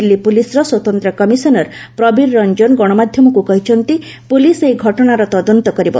ଦିଲ୍ଲୀ ପୁଲିସର ସ୍ୱତନ୍ତ୍ର କମିଶନର ପ୍ରବୀର ରଞ୍ଜନ ଗଣମାଧ୍ୟମକୁ କହିଛନ୍ତି ପୁଲିସ ଏହି ଘଟଣାର ତଦନ୍ତ କରିବ